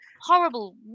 horrible